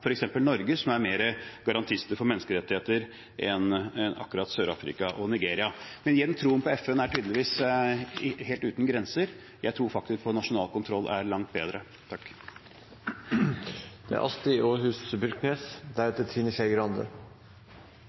Norge, som i større grad er garantist for menneskerettigheter enn akkurat Sør-Afrika og Nigeria. Men troen på FN er tydeligvis helt uten grenser. Jeg tror faktisk at nasjonal kontroll er langt bedre.